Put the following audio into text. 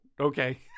okay